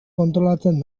kontrolatzen